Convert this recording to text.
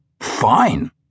Fine